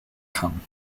kann